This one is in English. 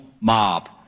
mob